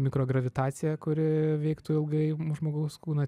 mikrogravitacija kuri veiktų ilgai žmogaus kūną